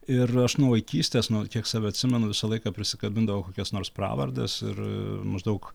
ir aš nuo vaikystės nuo kiek save atsimenu visą laiką prisikabindavau kokias nors pravardes ir maždaug